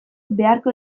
beharko